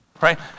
right